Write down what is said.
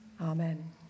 Amen